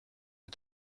wir